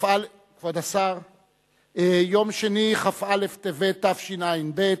כבוד השר, כ"א בטבת תשע"ב,